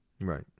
Right